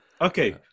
okay